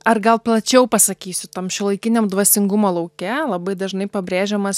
ar gal plačiau pasakysiu tom šiuolaikiniam dvasingumo lauke labai dažnai pabrėžiamas